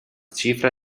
cifre